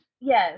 yes